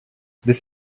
this